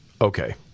Okay